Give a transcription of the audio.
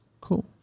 Cool